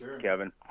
Kevin